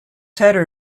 header